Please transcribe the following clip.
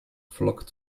flock